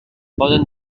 poden